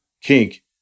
kink